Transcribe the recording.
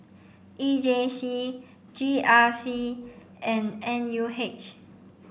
E J C G R C and N U H